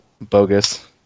Bogus